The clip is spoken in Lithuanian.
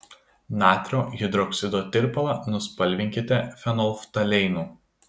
natrio hidroksido tirpalą nuspalvinkite fenolftaleinu